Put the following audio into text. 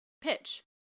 pitch